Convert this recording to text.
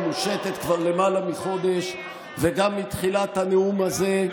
המושטת כבר למעלה מחודש וגם מתחילת הנאום הזה,